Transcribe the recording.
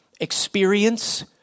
experience